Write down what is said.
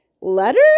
letter